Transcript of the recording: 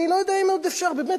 אני לא יודע אם עוד אפשר באמת,